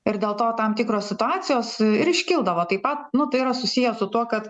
ir dėl to tam tikros situacijos ir iškildavo taip pat nu tai yra susiję su tuo kad